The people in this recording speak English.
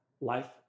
life